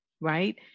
right